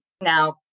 now